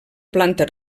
planta